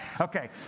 Okay